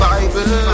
Bible